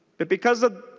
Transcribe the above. but because of